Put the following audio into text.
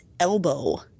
elbow